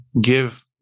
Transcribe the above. give